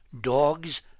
dogs